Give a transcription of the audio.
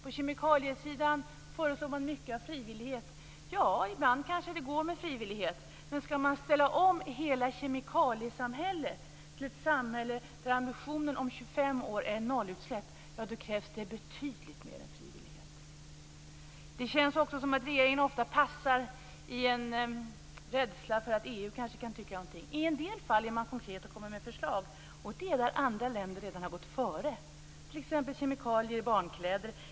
På kemikaliesidan föreslår man mycket av frivillighet. Ja, ibland kanske det går med frivillighet. Men skall man ställa om hela kemikaliesamhället till ett samhälle där ambitionen om 25 år är nollutsläpp krävs det betydligt mer än frivillighet. Det känns också som att regeringen ofta passar i de här frågorna av rädsla för att EU kanske kan tycka något. I en del fall är man konkret och kommer med förslag. Det är när andra länder redan har gått före. Det gäller t.ex. kemikalier i barnkläder.